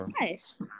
nice